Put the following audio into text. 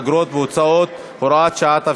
אגרות והוצאות (הוראת שעה),